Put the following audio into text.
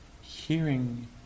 hearing